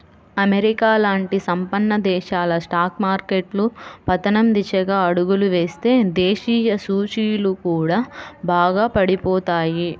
America లాంటి సంపన్న దేశాల స్టాక్ మార్కెట్లు పతనం దిశగా అడుగులు వేస్తే దేశీయ సూచీలు కూడా బాగా పడిపోతాయి